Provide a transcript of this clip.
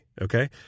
okay